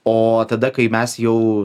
o tada kai mes jau